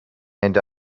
and